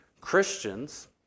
Christians